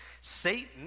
Satan